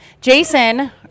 Jason